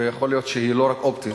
ויכול להיות שהיא לא רק אופטית,